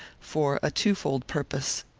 for a twofold purpose.